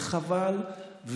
וחבל,